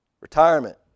Retirement